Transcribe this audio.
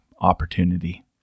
opportunity